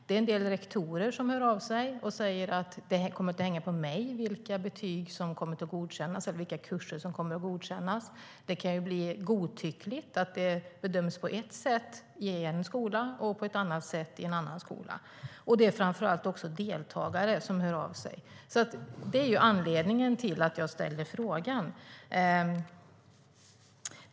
Det är en del rektorer som hör av sig och säger: Det kommer att hänga på mig vilka betyg eller kurser som kommer att godkännas. Det kan bli godtyckligt, att det bedöms på ett sätt i en skola och på ett annat sätt i en annan. Det är framför allt deltagare som hör av sig. Det är anledningen till att jag ställer frågan.